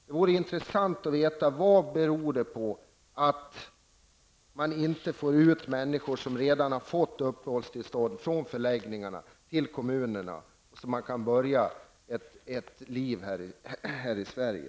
Det vore intressant att få veta vad det beror på att man inte får ut människor som redan har fått uppehållstillstånd från förläggningarna till kommunerna så att de kan börja ett liv här i Sverige.